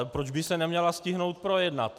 Proč by se neměla stihnout projednat?